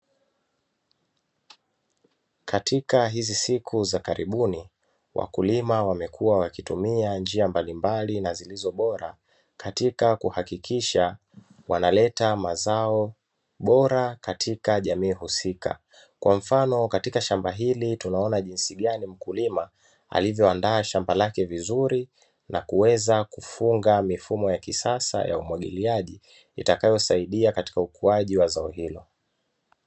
Katika hizi siku za karibuni wakulima wamekuwa wakitumia njia mbalimbali na zilizo bora katika kuhakikisha wanaleta mazao bora katika jamii husika, kwa mfano katika shamba hili tunaona jinsi gani mkulima alivyoandaa shamba lake vizuri na kuweza kufunga mifumo ya kisasa ya umwagiliaji itakayosaidia katika ukuaji wa za hilo